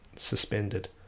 Suspended